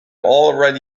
already